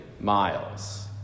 miles